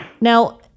Now